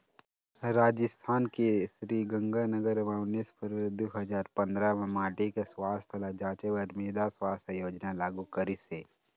राजिस्थान के श्रीगंगानगर म उन्नीस फरवरी दू हजार पंदरा म माटी के सुवास्थ ल जांचे बर मृदा सुवास्थ योजना लागू करिस हे